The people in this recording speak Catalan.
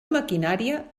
maquinària